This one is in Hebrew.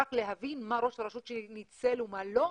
כאזרח להבין מה ראש הרשות שלי ניצל ומה לא,